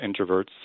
introverts